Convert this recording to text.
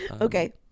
Okay